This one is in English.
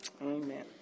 Amen